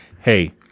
Hey